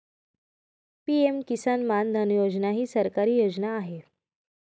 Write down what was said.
PM Kisan Mandhan Yojana ही सरकारी योजना आहे